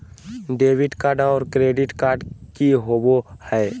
Debit card और credit card की होवे हय?